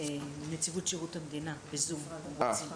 נציבות שירות המדינה בזום, הם רוצים.